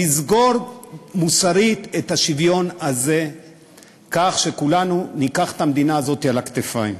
לסגור מוסרית את השוויון הזה כך שכולנו ניקח את המדינה הזאת על הכתפיים.